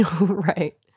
Right